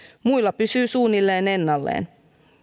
muilla pysyy suunnilleen ennallaan